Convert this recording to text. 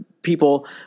people